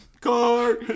car